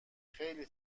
خیلی